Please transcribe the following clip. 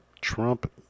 Trump